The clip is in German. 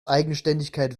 eigenständigkeit